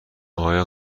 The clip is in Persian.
آیا